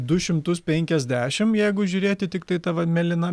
du šimtus penkiasdešim jeigu žiūrėti tiktai ta va mėlyna